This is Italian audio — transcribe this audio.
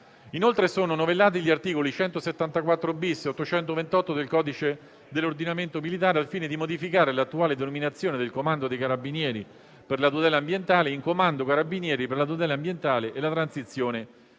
Inoltre, sono novellati gli articoli 174-*bis* e 828 del codice dell'ordinamento militare al fine di modificare l'attuale denominazione del Comando carabinieri per la tutela ambientale in Comando carabinieri per la tutela ambientale e la transizione ecologica.